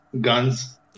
guns